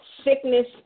sickness